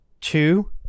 two